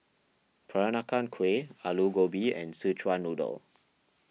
Peranakan Kueh Aloo Gobi and Szechuan Noodle